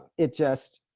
it just,